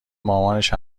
مامانش